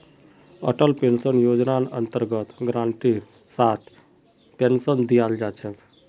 Atal pension योजनार अन्तर्गत गारंटीर साथ पेन्शन दीयाल जा छेक